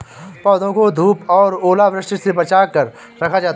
पौधों को धूप और ओलावृष्टि से बचा कर रखा जाता है